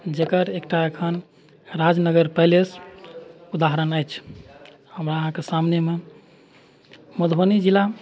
जकर एकटा एखन राजनगर पैलेस उदाहरण अछि हमरा अहाँके सामनेमे मधुबनी जिला